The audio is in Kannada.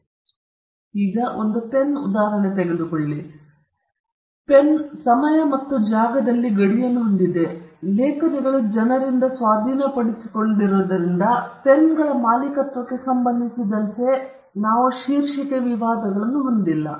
ಒಂದು ಪೆನ್ ತೆಗೆದುಕೊಳ್ಳಿ ಉದಾಹರಣೆಗೆ ಪೆನ್ ಸಮಯ ಮತ್ತು ಜಾಗದಲ್ಲಿ ಗಡಿಯನ್ನು ಹೊಂದಿದೆ ಮತ್ತು ಲೇಖನಿಗಳು ಜನರಿಂದ ಸ್ವಾಧೀನಪಡಿಸಿಕೊಂಡಿರುವುದರಿಂದ ಪೆನ್ಗಳ ಮಾಲೀಕತ್ವಕ್ಕೆ ಸಂಬಂಧಿಸಿದಂತೆ ನಾವು ಶೀರ್ಷಿಕೆ ವಿವಾದಗಳನ್ನು ಹೊಂದಿಲ್ಲ